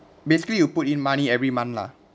basically you put in money every month lah